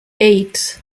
eight